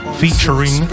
featuring